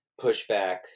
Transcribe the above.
pushback